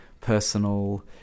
personal